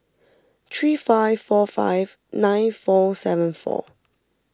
three five four five nine four seven four